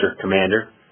Commander